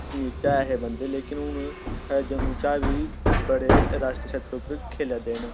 कश्मीर च ऐ हे बंदे लेकिन हून जम्मू चा बी बड़े राश्ट्री स्तर उप्पर खेढा दे न